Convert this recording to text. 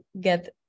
get